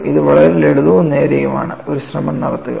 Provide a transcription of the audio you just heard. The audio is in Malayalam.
ഇത് വളരെ ലളിതവും നേരെയുമാണ് ഒരു ശ്രമം നടത്തുക